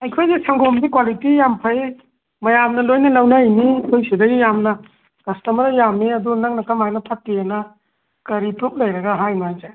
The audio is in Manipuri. ꯑꯩꯈꯣꯏꯒꯤ ꯁꯪꯒꯣꯝꯗꯤ ꯀ꯭ꯋꯥꯂꯤꯇꯤ ꯌꯥꯝ ꯐꯩ ꯃꯌꯥꯝꯅ ꯂꯣꯏꯅ ꯂꯧꯅꯔꯤꯅꯤ ꯑꯩꯈꯣꯏ ꯁꯤꯗ ꯌꯥꯝꯅ ꯀꯁꯇꯃꯔ ꯌꯥꯝꯃꯤ ꯑꯗꯨ ꯅꯪꯅ ꯀꯃꯥꯏꯅ ꯐꯠꯇꯦꯅ ꯀꯔꯤ ꯄ꯭ꯔꯨꯐ ꯂꯩꯔꯒ ꯍꯥꯏꯔꯤꯅꯣ ꯍꯥꯏꯁꯦ